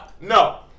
No